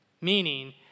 Meaning